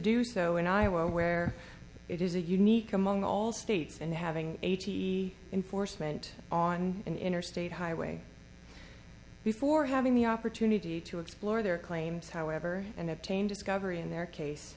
do so in iowa where it is a unique among all states and having a t enforcement on an interstate highway before having the opportunity to explore their claims however and obtain discovery in their case